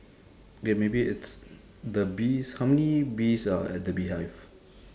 K maybe it's the bees how many bees are at the beehive